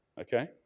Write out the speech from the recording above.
Okay